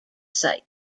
site